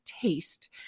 taste